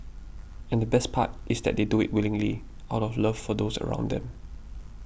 and the best part is that they do it willingly out of love for those around them